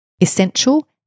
essential